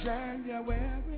January